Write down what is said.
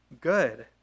Good